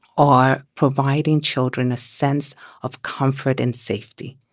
are providing children a sense of comfort and safety.